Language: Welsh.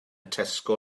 tesco